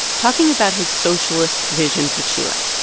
talking about his socialist vision for chile.